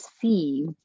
see